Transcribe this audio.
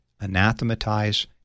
anathematize